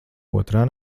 otrā